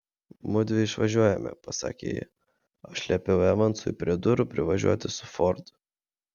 mudvi išvažiuojame pasakė ji aš liepiau evansui prie durų privažiuoti su fordu